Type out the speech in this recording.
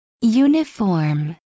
Uniform